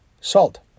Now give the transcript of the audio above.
salt